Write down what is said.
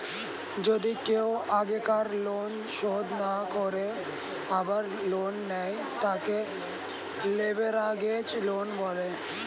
যদি কেও আগেকার লোন শোধ না করে আবার লোন নেয়, তাকে লেভেরাগেজ লোন বলে